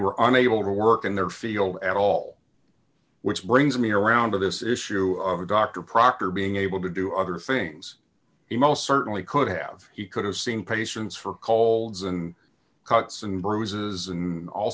were unable to work in their field at all which brings me around to this issue of a doctor proctor being able to do other things he most certainly could have he could have seen patients for colds and cuts and bruises and all